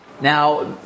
Now